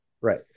Right